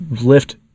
lift